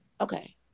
Okay